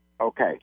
Okay